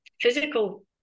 physical